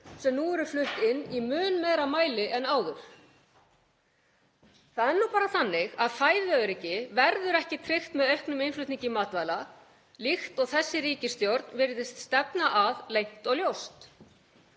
sem nú eru flutt inn í mun meira mæli en áður. Það er nú bara þannig að fæðuöryggi verður ekki tryggt með auknum innflutningi matvæla líkt og þessi ríkisstjórn virðist stefna að leynt og ljóst,